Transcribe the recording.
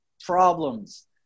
problems